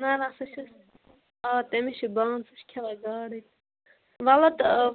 نہَ نہَ سُہ چھُ آ تٔمِس چھِ بنٛد سُہ چھُ کھٮ۪وان گاڈے وولا تہٕ